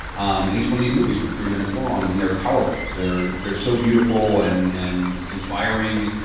um and each one of these movies were three minutes long. and they're powerful. they're they're so beautiful and and inspiring.